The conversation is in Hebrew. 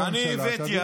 אני הבאתי,